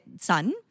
son